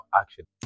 action